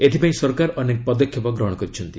ଏଥିପାଇଁ ସରକାର ଅନେକ ପଦକ୍ଷେପ ଗ୍ରହଣ କରିଛନ୍ତି